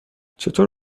چطور